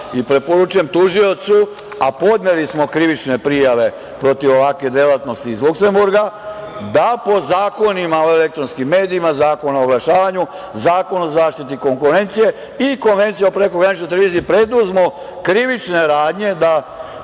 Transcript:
i preporučujem tužiocu, a podneli smo krivične prijave protiv ovakve delatnosti iz Luksemburga da po Zakonu o elektronskim medijima, Zakon o oglašavanju, Zakon o zaštiti konkurencije i Konvencija o prekograničnoj televiziji preduzmu krivične radnje da